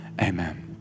amen